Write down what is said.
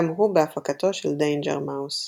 גם הוא בהפקתו של דיינג'ר מאוס.